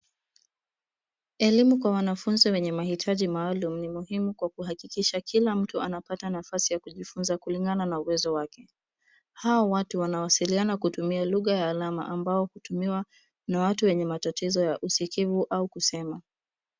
Elimu kwa wanafunzi wenye mahitaji maalum ni muhimu kwa kuhakiksha kila mtu anapata nafasi ya kujifunza kulingana na uwezo wake. Hawa watu wanawasiliana kutumia lugha ya alama ambao hutumiwa na watu wenye matatizo ya usikivu au kusema.